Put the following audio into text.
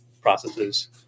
processes